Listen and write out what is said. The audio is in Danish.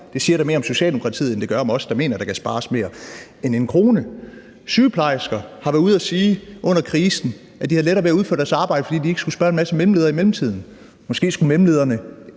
Det siger da mere om Socialdemokratiet, end det gør om os, der mener, at der kan spares mere end en krone. Sygeplejersker har under krisen været ude at sige, at de havde lettere ved at udføre deres arbejde, fordi de ikke skulle spørge en masse mellemledere. Måske skulle mellemlederne